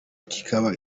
kikaba